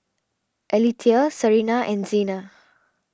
Aletha Sarina and Xena